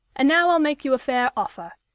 and now i'll make you a fair offer.